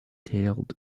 tailed